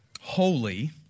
holy